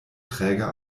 träger